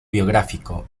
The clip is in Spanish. biográfico